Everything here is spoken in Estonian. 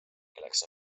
kelleks